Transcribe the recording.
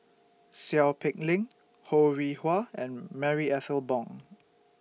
Seow Peck Leng Ho Rih Hwa and Marie Ethel Bong